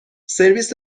سرویس